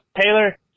Taylor